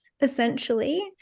essentially